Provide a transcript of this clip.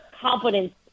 confidence